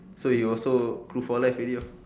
so he also crew for life already lor